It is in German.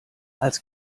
als